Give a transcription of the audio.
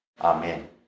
Amen